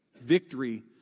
Victory